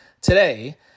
today